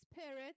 spirit